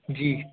जी